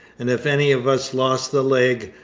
and if any of us lost a leg,